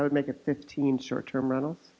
i would make a fifteen short term rentals